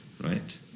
right